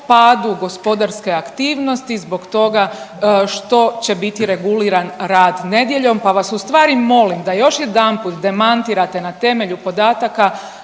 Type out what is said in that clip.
padu gospodarske aktivnosti zbog toga što će biti reguliran rad nedjeljom. Pa vas ustvari molim da još jedanput demantirate na temelju podataka